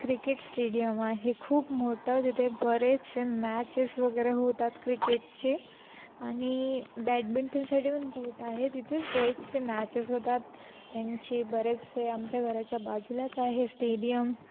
cricket stadium आहे खूप मोठं तिथे बरेचसे मॅचेस वगैरे होतात क्रिकेटचे आणि बॅडमिंटनसाठी पण गोट आहे तिथेच बरेचसे मॅचेस होतात त्यांचे बरेचसे आमच्या घराच्या बाजूलाच आहे स्टेडियम